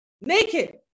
naked